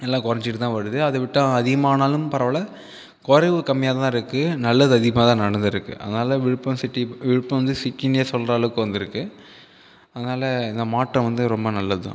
எல்லா குறஞ்சிட்டு தான் வருது அத விட்டா அதிகமானாலும் பரவால்ல குறைவு கம்மியாதான் இருக்கு நல்லது அதிகமாக தான் நடந்திருக்கு அதனால் விழுப்புரம் சிட்டி விழுப்புரம் சிட்டினே சொல்லுற அளவுக்கு வந்துருக்கு அதனால் இந்த மாற்றம் வந்து ரொம்ப நல்லது தான்